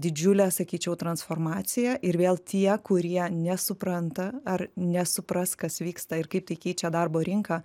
didžiule sakyčiau transformacija ir vėl tie kurie nesupranta ar nesupras kas vyksta ir kaip tai keičia darbo rinką